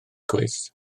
cwis